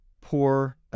poor